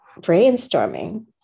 brainstorming